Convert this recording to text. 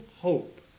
hope